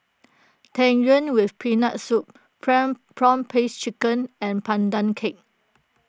Tang Yuen with Peanut Soup Prawn Prawn Paste Chicken and Pandan Cake